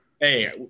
Hey